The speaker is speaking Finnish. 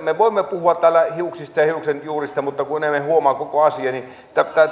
me voimme puhua täällä hiuksista ja hiuksenjuurista mutta kun emme huomaa koko asiaa niin